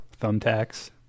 Thumbtacks